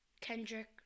Kendrick